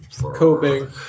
coping